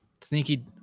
sneaky